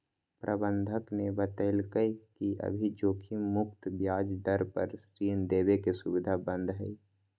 प्रबंधक ने बतल कई कि अभी जोखिम मुक्त ब्याज दर पर ऋण देवे के सुविधा बंद हई